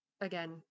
again